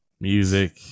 music